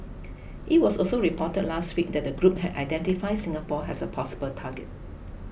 it was also reported last week that the group had identified Singapore as a possible target